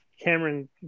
Cameron